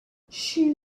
she